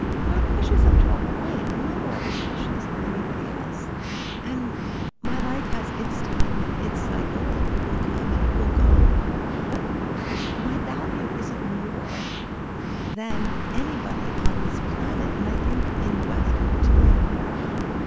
but i'm um precious up to a point. i'm no more precious than anybody else and my life has its time and its cycle and it will come and it will go but my value isn't more than anybody on this planet. and i think, in the west and particularly in america,